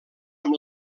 amb